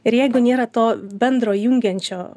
ir jeigu nėra to bendro jungiančio